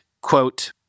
Quote